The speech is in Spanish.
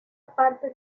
parte